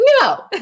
No